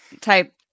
type